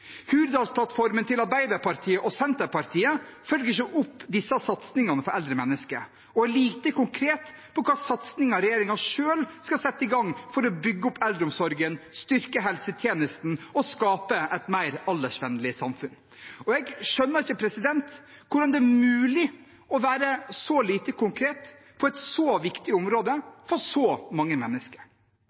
Hurdalsplattformen til Arbeiderpartiet og Senterpartiet følger ikke opp disse satsingene for eldre mennesker og er lite konkret på hvilke satsinger regjeringen selv skal sette i gang for å bygge opp eldreomsorgen, styrke helsetjenesten og skape et mer aldersvennlig samfunn. Jeg skjønner ikke hvordan det er mulig å være så lite konkret på et så viktig område for så mange mennesker.